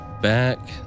back